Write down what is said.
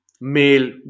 male